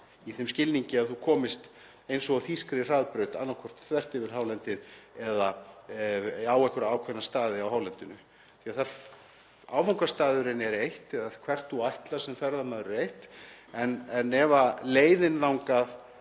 í þeim skilningi að þú komist eins og á þýskri hraðbraut annaðhvort þvert yfir hálendið eða á einhverja ákveðna staði á hálendinu. Áfangastaðurinn er eitt og hvert þú ætlar sem ferðamaður en ef leiðin þangað